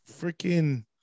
Freaking